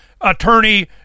attorney